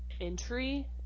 entry